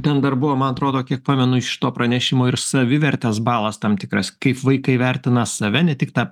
ten dar buvo man atrodo kiek pamenu iš šito pranešimo ir savivertės balas tam tikras kaip vaikai vertina save ne tik tą